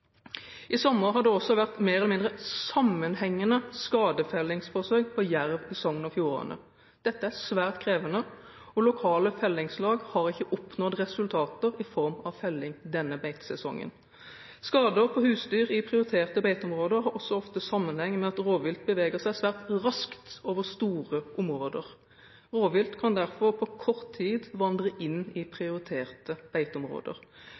I sommer har det også vært mer eller mindre sammenhengende skadefellingsforsøk på jerv i Sogn og Fjordane. Dette er svært krevende, og lokale fellingslag har ikke oppnådd resultater i form av felling denne beitesesongen. Skader på husdyr i prioriterte beiteområder har også ofte sammenheng med at rovvilt beveger seg svært raskt over store områder. Rovvilt kan derfor på kort tid vandre inn i prioriterte beiteområder.